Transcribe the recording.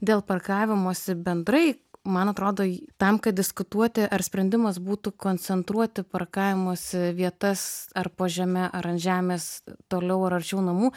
dėl parkavimosi bendrai man atrodo tam kad diskutuoti ar sprendimas būtų koncentruoti parkavimosi vietas ar po žeme ar ant žemės toliau ar arčiau namų